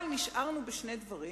אבל נשארנו בשני דברים,